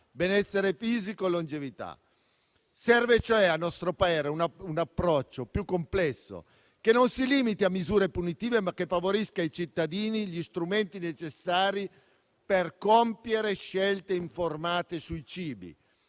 benessere fisico e longevità. Serve cioè, al nostro parere, un approccio più complesso che non si limiti a misure punitive, ma che fornisca ai cittadini gli strumenti necessari per compiere scelte informate sui cibi.